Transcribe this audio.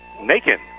naked